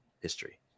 history